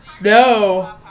No